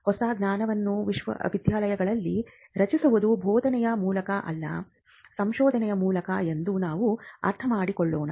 ಹೊಸ ಜ್ಞಾನವನ್ನು ವಿಶ್ವವಿದ್ಯಾಲಯಗಳಲ್ಲಿ ರಚಿಸುವುದು ಬೋಧನೆಯ ಮೂಲಕ ಅಲ್ಲ ಸಂಶೋಧನೆಯ ಮೂಲಕ ಎಂದು ನಾವು ಅರ್ಥಮಾಡಿಕೊಳ್ಳೋಣ